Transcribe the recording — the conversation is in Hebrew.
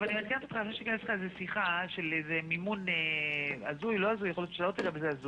כל דבר ניתן בהתאם